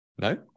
No